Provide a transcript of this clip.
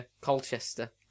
Colchester